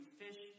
fish